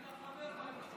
היית חבר בה.